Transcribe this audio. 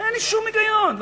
אין שום היגיון.